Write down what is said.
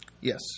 Yes